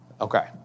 Okay